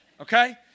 Okay